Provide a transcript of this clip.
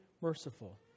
merciful